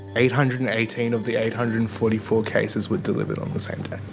eight hundred and eighteen of the eight hundred and forty four cases were delivered on the same day.